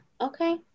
Okay